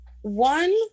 One